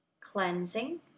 cleansing